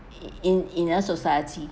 ppo) in in a society